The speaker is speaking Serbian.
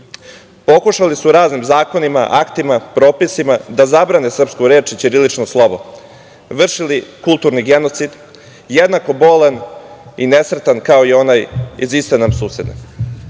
Pokušali su raznim zakonima, aktima, propisima da zabrane srpsku reč i ćirilično slovo, vršili kulturni genocid jednako bolan i nesretan kao i ona iz iste nam